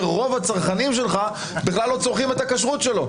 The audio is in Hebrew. כשרוב הצרכנים שלך בכלל לא צורכים את הכשרות שלו.